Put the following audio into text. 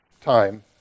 time